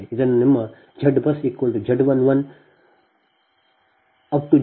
ಅದನ್ನು ನಿಮ್ಮ ZBUSZ11 Z12 Z21 Z22 Z1n Z2n Zn1 Zn2 Znn ನಿಂದ ನೀಡಲಾಗಿದೆ